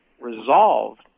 resolved